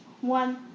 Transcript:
one